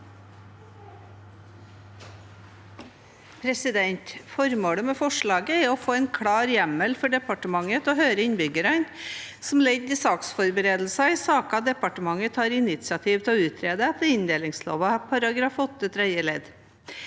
for saken): Formålet med forslaget er å få en klar hjemmel for departementet til å høre innbyggere – som ledd i saksforberedelsen i saker departementet tar initiativ til å utrede, jf. inndelingsloven § 8 tredje